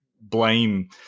blame